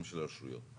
הרשויות.